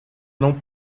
não